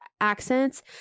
accents